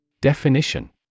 Definition